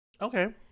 okay